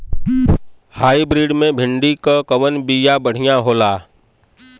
Hybrid मे भिंडी क कवन बिया बढ़ियां होला?